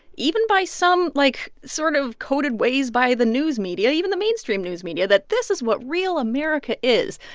even by some like sort of coded ways by the news media even the mainstream news media that this is what real america is,